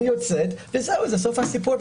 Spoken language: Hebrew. אני יוצאת מכאן וזה סוף הסיפור.